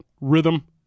rhythm